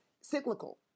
cyclical